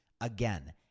Again